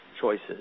choices